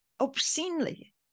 Obscenely